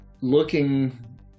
looking